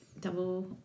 double